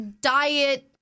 diet